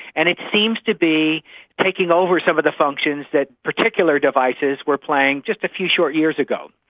and it seems to be taking over some of the functions that particular devices were playing just a few short years ago.